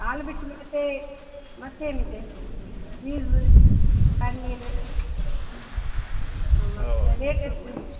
ಹಾಲು ಬಿಟ್ಟು ಮತ್ತೆ ಮತ್ತೇನು ಇದೆ ಚೀಸ ಪನೀರ್ ಹ್ಞೂ ಹಾಂ ಮತ್ತು ರೇಟ್ ಎಷ್ಟು ಉಂಟು